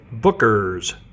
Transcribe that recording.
Bookers